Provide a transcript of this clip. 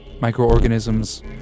microorganisms